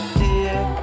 dear